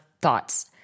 thoughts